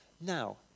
Now